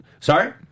Sorry